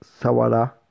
sawara